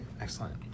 excellent